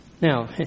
Now